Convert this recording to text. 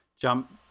jump